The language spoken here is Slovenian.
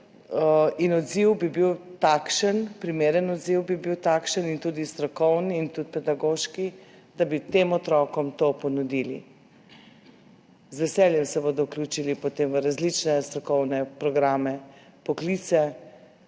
stopnjo izobraževanja. Primeren odziv bi bil takšen, in tudi strokoven, in tudi pedagoški, da bi tem otrokom to ponudili. Z veseljem se bodo vključili potem v različne strokovne programe, poklice.